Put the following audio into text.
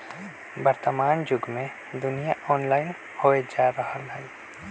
वर्तमान जुग में दुनिया ऑनलाइन होय जा रहल हइ